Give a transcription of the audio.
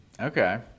Okay